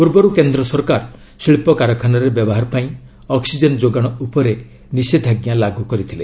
ପୂର୍ବରୁ କେନ୍ଦ୍ର ସରକାର ଶିଳ୍ପ କାରଖାନାରେ ବ୍ୟବହାର ପାଇଁ ଅକ୍ୱିଜେନ୍ ଯୋଗାଣ ଉପରେ ନିଷେଧାଞ୍ଜା ଲାଗୁ କରିଥିଲେ